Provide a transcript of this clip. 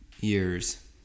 years